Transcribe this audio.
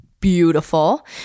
beautiful